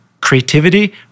creativity